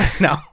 No